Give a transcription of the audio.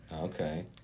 Okay